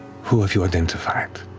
who have you identified?